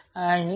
आता जरा थांबा